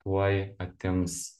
tuoj atims